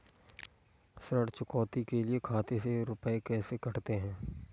ऋण चुकौती के लिए खाते से रुपये कैसे कटते हैं?